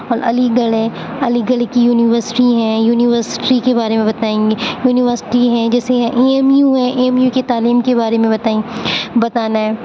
اور علی گڑھ ہے علی گڑھ کی یونیورسٹی ہے یونیورسٹی کے بارے میں بتائیں گے یونیورسٹی ہیں جیسے اے ایم یو ہے اے ایم یو کے تعلیم کے بارے میں بتائیں بتانا ہے